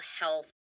health